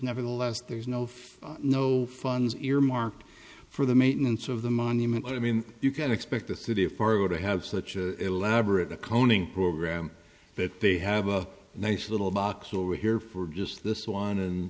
nevertheless there's no no funds earmarked for the maintenance of the monument i mean you can't expect the city of fargo to have such a labyrinth coning program that they have a nice little box over here for just this one and